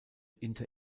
inter